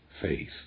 faith